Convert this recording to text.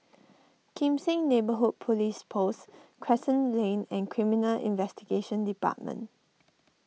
Kim Seng Neighbourhood Police Post Crescent Lane and Criminal Investigation Department